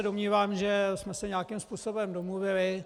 Domnívám se, že jsme se nějakým způsobem domluvili.